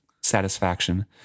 satisfaction